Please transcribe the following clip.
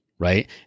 right